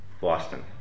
Boston